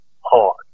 hard